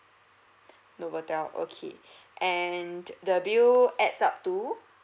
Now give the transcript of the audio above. novotel okay and the bill adds up to